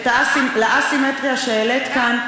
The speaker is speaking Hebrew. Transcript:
לאסימטריה שהעלית כאן,